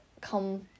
come